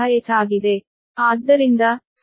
ಆದ್ದರಿಂದ ಸಂಪೂರ್ಣವಾಗಿ 2 h